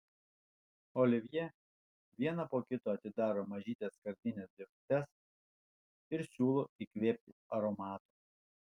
olivjė vieną po kitos atidaro mažytes skardines dėžutes ir siūlo įkvėpti aromato